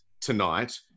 tonight